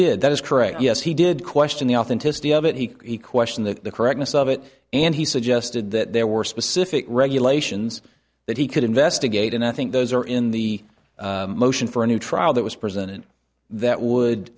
did that is correct yes he did question the authenticity of it he questioned the correctness of it and he suggested that there were specific regulations that he could investigate and i think those are in the motion for a new trial that was presented that would